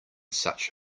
such